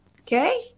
Okay